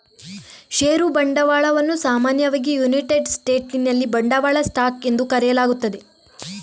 ಷೇರು ಬಂಡವಾಳವನ್ನು ಸಾಮಾನ್ಯವಾಗಿ ಯುನೈಟೆಡ್ ಸ್ಟೇಟ್ಸಿನಲ್ಲಿ ಬಂಡವಾಳ ಸ್ಟಾಕ್ ಎಂದು ಕರೆಯಲಾಗುತ್ತದೆ